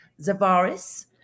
Zavaris